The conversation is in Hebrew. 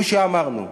הוא שאמרנו: